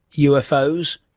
ufos,